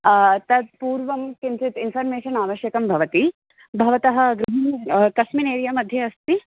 तत् पूर्वं किञ्चित् इन्फ़र्मेशन् आवश्यकं भवति भवतः गृहं कस्मिन् एरिया मध्ये अस्ति